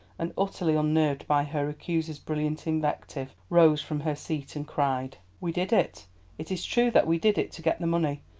and utterly unnerved by her accuser's brilliant invective, rose from her seat and cried we did it it is true that we did it to get the money,